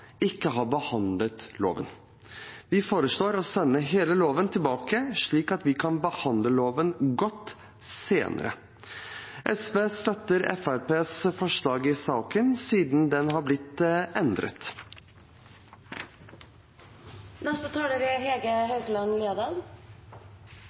ikke har behandlet loven. Vi foreslår å sende hele loven tilbake, slik at vi kan behandle loven godt senere. SV støtter Fremskrittspartiets forslag i saken, siden det har blitt